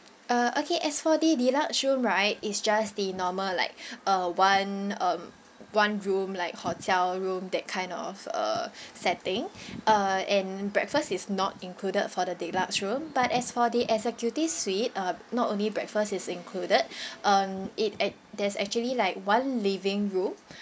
uh okay as for the deluxe room right it's just the normal like uh one um one room like hotel room that kind of uh setting uh and breakfast is not included for the deluxe room but as for the executive suite uh not only breakfast is included um it act~ there's actually like one living room